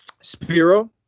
Spiro